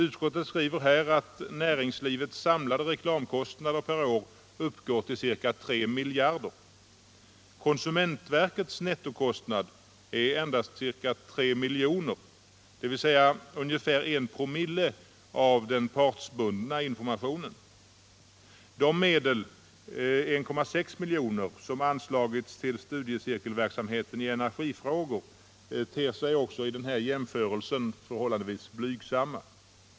Utskottet skriver här att näringslivets samlade reklamkostnader per år uppgår till ca 3 miljarder kronor. Konsumentverkets nettokostnader är endast ca 3 milj.kr., dvs. ungefär en promille av den partsbundna informationen. De medel, 1,6 milj.kr., som anslagits till studiecirkelverksamheten i energifrågor, ter sig även i denna jämförelse förhållandevis blygsamma.